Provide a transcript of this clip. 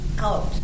out